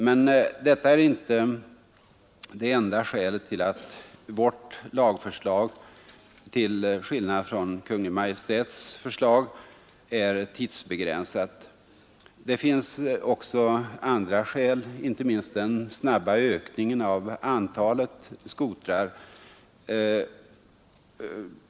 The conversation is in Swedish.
Detta är emellertid inte det enda skälet till att vårt lagförslag till skillnad från Kungl. Maj:ts förslag är tidsbegränsat. Det finns ocks skäl, bl.a. den snabba ökningen av antalet skotrar.